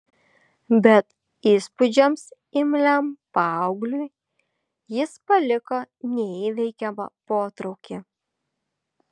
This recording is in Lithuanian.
bet įspūdžiams imliam paaugliui jis paliko neįveikiamą potraukį